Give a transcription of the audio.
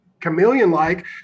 chameleon-like